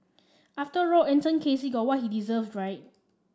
after all Anton Casey got what he deserved right